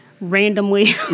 randomly